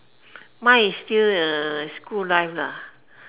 mine is still uh school life lah